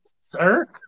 sir